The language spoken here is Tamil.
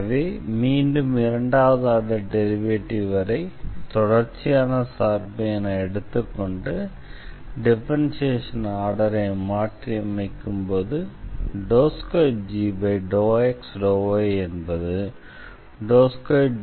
எனவே மீண்டும் இரண்டாவது ஆர்டர் டெரிவேட்டிவ் வரை தொடர்ச்சியான சார்பு என எடுத்துக்கொண்டு டிஃபரன்ஷியேஷன் ஆர்டரை மாற்றியமைக்கும்போது 2g∂x∂yஎன்பது 2g∂y∂xஆகும்